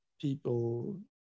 people